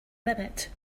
limit